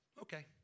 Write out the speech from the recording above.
okay